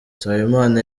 nsabimana